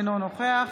אינו נוכח